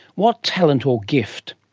what talent or gift?